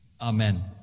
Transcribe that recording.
Amen